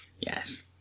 Yes